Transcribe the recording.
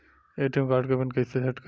ATM card के PIN कैसे set करम?